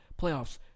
playoffs